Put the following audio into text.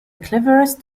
cleverest